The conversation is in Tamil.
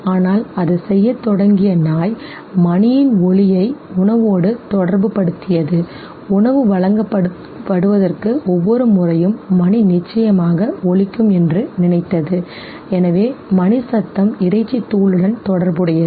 ஆனால் அது செய்யத் தொடங்கிய நாய் மணியின் ஒலியை உணவோடு தொடர்புபடுத்தியது உணவு வழங்கப்படுவதற்கு ஒவ்வொரு முறையும் மணி நிச்சயமாக ஒலிக்கும் என்று நினைத்தது எனவே மணி சத்தம் இறைச்சி தூளுடன் தொடர்புடையது